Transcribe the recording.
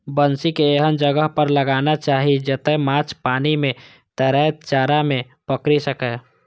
बंसी कें एहन जगह पर लगाना चाही, जतय माछ पानि मे तैरैत चारा कें पकड़ि सकय